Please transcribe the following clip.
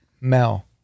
mel